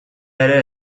ere